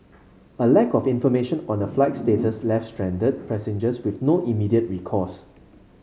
a lack of information on the flight's status left stranded passengers with no immediate recourse